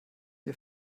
ihr